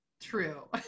true